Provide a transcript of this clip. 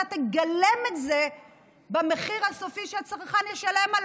אתה תגלם את זה במחיר הסופי שהצרכן ישלם.